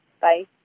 Bye